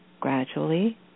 gradually